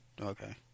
okay